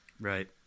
Right